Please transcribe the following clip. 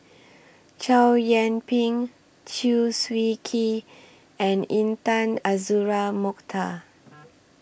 Chow Yian Ping Chew Swee Kee and Intan Azura Mokhtar